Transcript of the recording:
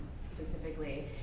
specifically